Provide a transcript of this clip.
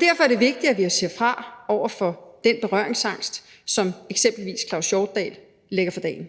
Derfor er det vigtigt, at vi siger fra over for den berøringsangst, som eksempelvis Claus Hjortdal lægger for dagen.